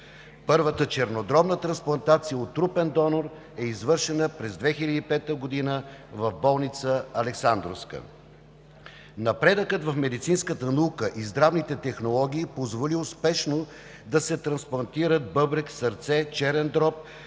Първата чернодробна трансплантация от трупен донор е извършена през 2005 г. в болница „Александровска“. Напредъкът в медицинската наука и здравните технологии позволи успешно да се трансплантират бъбрек, сърце, черен дроб